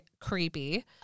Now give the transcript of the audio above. creepy